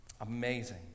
Amazing